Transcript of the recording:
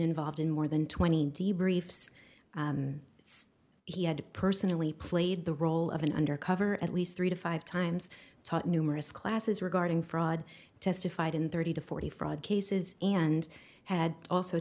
involved in more than twenty db reef's says he had personally played the role of an undercover at least three to five times top numerous classes regarding fraud testified in thirty to forty fraud cases and had also